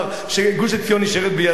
שגוש-עציון נשאר בידינו,